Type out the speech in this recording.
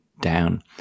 down